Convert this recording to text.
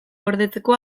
gordetzeko